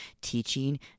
teaching